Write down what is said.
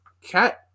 cat